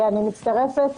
אני מצטרפת